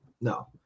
no